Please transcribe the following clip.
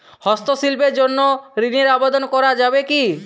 হস্তশিল্পের জন্য ঋনের আবেদন করা যাবে কি?